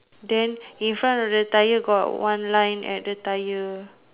then in front of the tyre got one line at the tyre